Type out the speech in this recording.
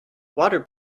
water